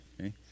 okay